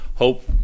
Hope